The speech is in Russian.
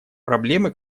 проблемы